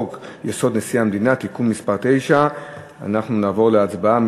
חוק-יסוד: נשיא המדינה (תיקון מס' 9). אנחנו נעבור להצבעה.